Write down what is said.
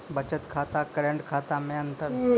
बचत खाता करेंट खाता मे अंतर?